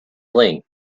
link